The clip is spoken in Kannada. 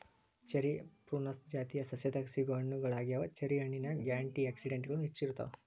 ಚೆರಿ ಪ್ರೂನುಸ್ ಜಾತಿಯ ಸಸ್ಯದಾಗ ಸಿಗೋ ಹಣ್ಣುಗಳಗ್ಯಾವ, ಚೆರಿ ಹಣ್ಣಿನ್ಯಾಗ ಆ್ಯಂಟಿ ಆಕ್ಸಿಡೆಂಟ್ಗಳು ಹೆಚ್ಚ ಇರ್ತಾವ